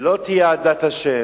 ולא תהיה עדת ה'